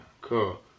Cool